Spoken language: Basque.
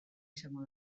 izango